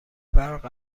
برق